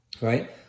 right